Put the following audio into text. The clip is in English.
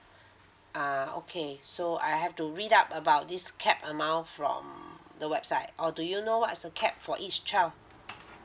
uh okay so I have to read up about this cap amount from the website or do you know what is the cap for each child